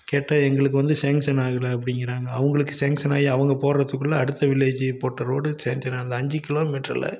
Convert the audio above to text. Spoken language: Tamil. கேட்டால் எங்களுக்கு வந்து சேங்க்ஷன் ஆகலை அப்படிங்கிறாங்க அவங்களுக்கு சேங்க்ஷன் ஆகி அவங்க போடுறதுக்குள்ள அடுத்த வில்லேஜு போட்ட ரோடு சேஞ்சராகுது அஞ்சு கிலோமீட்டரில்